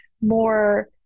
more